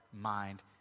mind